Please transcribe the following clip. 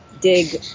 dig